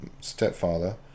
stepfather